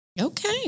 Okay